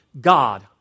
God